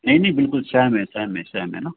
नहीं नहीं बिल्कुल सेम है सेम है सेम है न